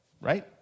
right